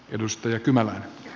arvoisa puhemies